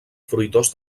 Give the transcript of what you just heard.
fruitós